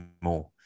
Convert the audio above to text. more